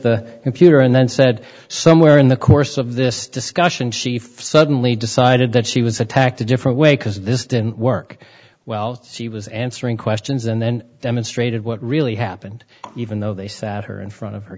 the computer and then said somewhere in the course of this discussion she for suddenly decided that she was attacked a different way because this didn't work well she was answering questions and then demonstrated what really happened even though they sat her in front of her